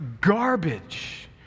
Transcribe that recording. garbage